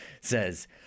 says